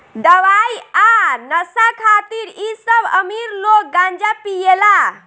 दवाई आ नशा खातिर इ सब अमीर लोग गांजा पियेला